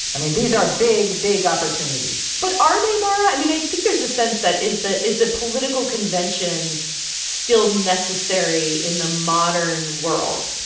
i mean, these are big, big opportunities but are they, mara? i mean, i think there's a sense that is the is the political convention still necessary in the modern world?